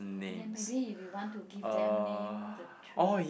then maybe if you want to give them name the three